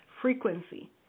frequency